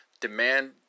Demand